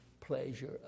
pleasure